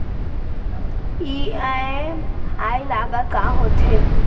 EMI लागत का होथे?